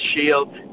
shield